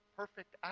perfect